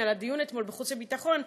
על הדיון אתמול בוועדת החוץ והביטחון.